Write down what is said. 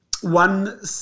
one